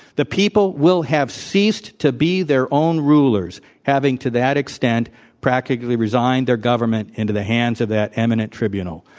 the people will have ceased to be their own rulers, having to that extent practically resigned their government into the hands of that eminent tribunal.